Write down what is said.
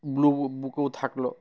blue বুকেও থাকলো